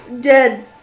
dead